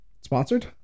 Sponsored